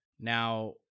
Now